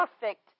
perfect